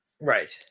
Right